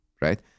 right